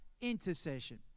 intercession